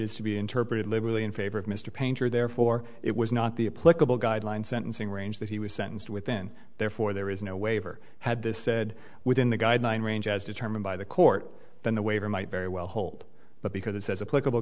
is to be interpreted liberally in favor of mr painter therefore it was not the a political guideline sentencing range that he was sentenced within therefore there is no waiver had this said within the guidelines range as determined by the court then the waiver might very well hold but because as a political